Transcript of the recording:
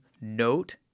note